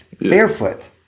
Barefoot